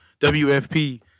WFP